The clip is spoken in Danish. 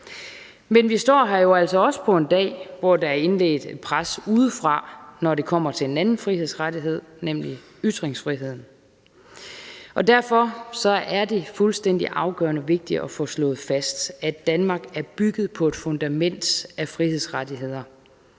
Men vi står her jo altså også på en dag, hvor der er indledt et pres udefra, når det kommer til en anden frihedsrettighed, nemlig ytringsfriheden, og derfor er det fuldstændig afgørende vigtigt at få slået fast, at Danmark er bygget på et fundament af frihedsrettigheder